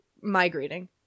migrating